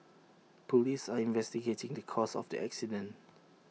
Police are investigating the cause of the accident